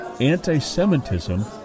anti-Semitism